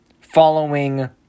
Following